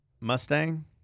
Mustang